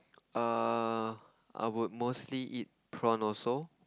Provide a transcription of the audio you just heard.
err I would mostly eat prawn also